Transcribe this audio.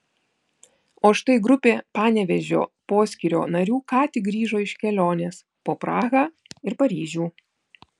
o štai grupė panevėžio poskyrio narių ką tik grįžo iš kelionės po prahą ir paryžių